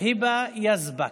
שלוש דקות.